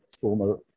former